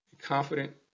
confident